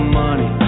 money